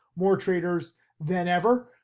more traders than ever,